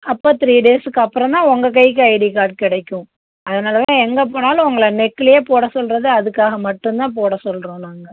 அப்போ த்ரீ டேஸ்க்கு அப்பறம்தான் உங்க கைக்கு ஐடி கார்ட் கிடைக்கும் அதனால தான் எங்கே போனாலும் உங்கள நெக்லையே போட சொல்லுறது அதற்காக மட்டும்தான் போட சொல்லுறோம் நாங்கள்